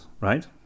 right